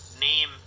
name